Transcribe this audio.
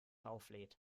auflädt